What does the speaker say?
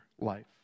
life